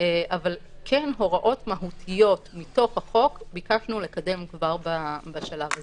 אבל כן הוראות מהותיות מתוך החוק ביקשנו לקדם כבר בשלב הזה.